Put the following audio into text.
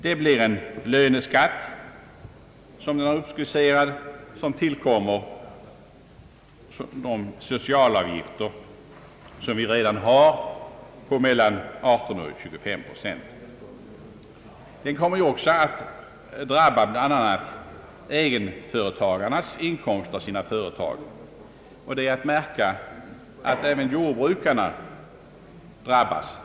Det är en löneskatt som här uppskisserats och som tillkommer utöver de socialavgifter som vi redan har på mellan 18 och 25 pro cent. Den kommer också att drabba bl.a. egenföretagarnas inkomster av sina företag. Det är att märka att även jordbrukarna drabbas.